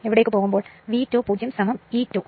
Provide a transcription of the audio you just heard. ഇപ്പോൾ V2 0 എന്താണ് V2 fl